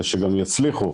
כדי שגם יצליחו,